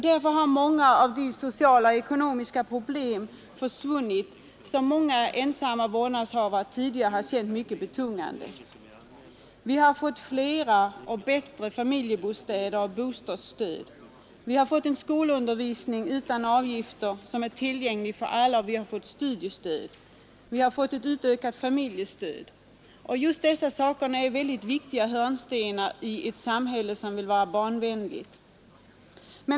Därför har många av de sociala och ekonomiska problem försvunnit som många ensamstående vårdnadshavare tidigare känt mycket betungande. Vi har fått flera och bättre familjebostäder och bostadsstöd, en skolundervisning utan avgifter som är tillgänglig för alla, och vi har fått studiestöd och ett utökat familjestöd. Just dessa saker är väldigt viktiga hörnstenar i ett samhälle som vill vara barnvänligt.